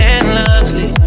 Endlessly